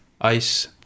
Ice